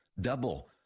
Double